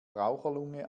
raucherlunge